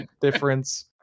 difference